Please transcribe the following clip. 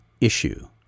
issue